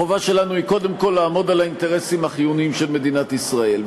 החובה שלנו היא קודם כול לעמוד על האינטרסים החיוניים של מדינת ישראל.